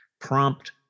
prompt